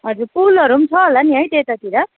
हजुर पुलहरू पनि छ होला नि है त्यतातिर